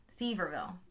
Seaverville